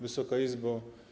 Wysoka Izbo!